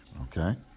okay